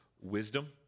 wisdom